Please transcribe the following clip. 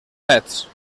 fets